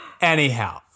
Anyhow